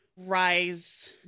rise